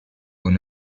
aux